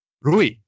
Rui